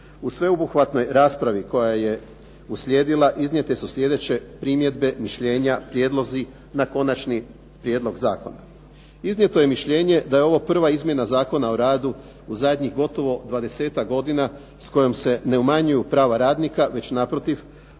U sveobuhvatnoj raspravi koja je uslijedila sljedeće primjedbe, mišljenja, prijedlozi na konačni prijedlog zakona. Iznijeto je mišljenje da je ovo prva izmjena Zakona o radu u zadnjih gotovo 10-ak godina s kojom se ne umanjuju prava radnika, već naprotiv